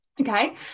Okay